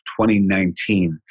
2019